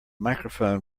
microphone